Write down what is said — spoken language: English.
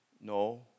No